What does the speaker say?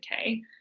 okay